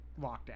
lockdown